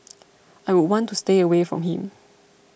I would want to stay away from him